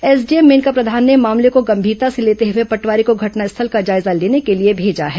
SDM Bhenka Pradhan ने मामले को गंभीरता से लेते हुए पटवारी को घटनास्थल का जायजा लेने के लिए भेजा गया है